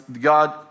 God